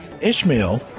Ishmael